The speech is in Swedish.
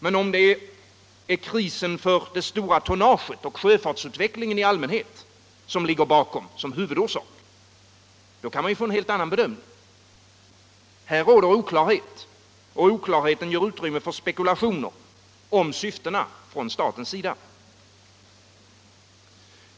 Men om det är krisen för det stora tonnaget och sjöfartsutvecklingen i allmänhet som ligger bakom som huvudorsak — då kan man ju få en helt annan bedömning. Här råder oklarhet. Och oklarheten ger utrymme för spekulationer om syftena från statens sida.